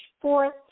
fourth